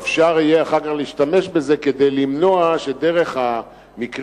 אפשר יהיה אחר כך להשתמש בזה כדי למנוע שדרך המקרה